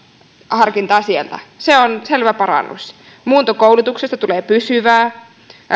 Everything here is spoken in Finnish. harkintaa sieltä se on selvä parannus muuntokoulutuksesta tulee pysyvää